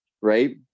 right